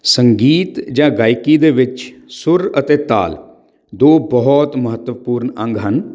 ਸੰਗੀਤ ਜਾਂ ਗਾਇਕੀ ਦੇ ਵਿੱਚ ਸੁਰ ਅਤੇ ਤਾਲ ਦੋ ਬਹੁਤ ਮਹੱਤਵਪੂਰਨ ਅੰਗ ਹਨ